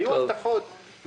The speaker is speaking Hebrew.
היו הבטחות.